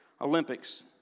Olympics